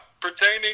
Pertaining